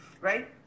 right